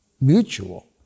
mutual